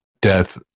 death